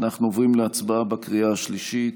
אנחנו עוברים להצבעה בקריאה השלישית,